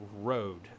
road